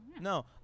no